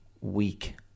weak